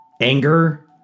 anger